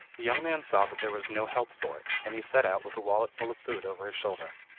the young man saw that there was no help for it, and he set out with a wallet full of food over his shoulder.